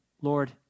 Lord